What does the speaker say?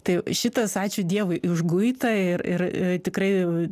tai šitas ačiū dievui išguita ir ir i tikrai